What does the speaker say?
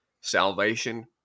salvation